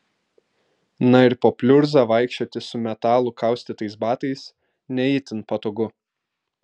na ir po pliurzą vaikščioti su metalu kaustytais batais ne itin patogu